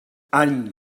any